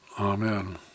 Amen